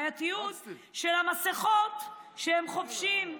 בעייתיות עם המסכות שהם חובשים.